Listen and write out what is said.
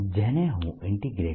જેને હું D